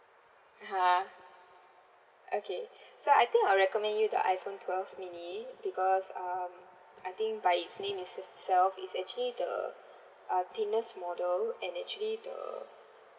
ha okay so I think I'll recommend you the iPhone twelve mini because um I think by its name itself is actually the uh thinnest model and actually the